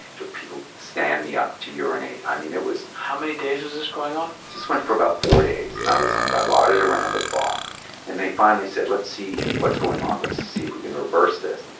took people to stand me up to urinate. i mean, it was how many days was this going on? this went for about four days and i was on dilaudid around the clock and they finally said, let's see what's going on, let's see if we can reverse this.